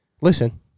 listen